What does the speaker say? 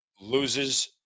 loses